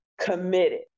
committed